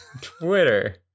Twitter